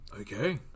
okay